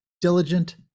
diligent